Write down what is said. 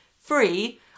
free